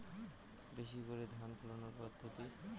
বেশি করে ধান ফলানোর পদ্ধতি?